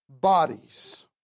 bodies